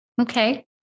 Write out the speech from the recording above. okay